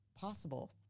possible